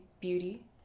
beauty